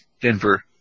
Denver